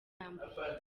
yambaye